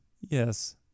Yes